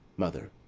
mother.